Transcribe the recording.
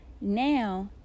Now